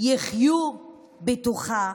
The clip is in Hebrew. יחיו בתוכה,